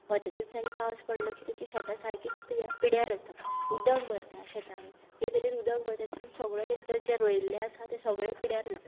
वोताच्या दिसांनी पावस पडलो की तेचीं शेतां सारकींच पिद्या पिड्यार जाता उदक भरता शेतांनी जे तरेन उदक भरता तातूंत सगळो तेंचो जें रोयल्लें आसा तें सगळें पिड्यार जाता